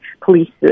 police